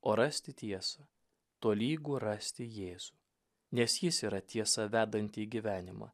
o rasti tiesą tolygu rasti jėzų nes jis yra tiesa vedanti į gyvenimą